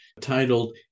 titled